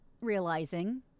realizing